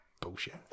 Bullshit